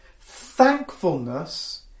Thankfulness